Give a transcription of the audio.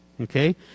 okay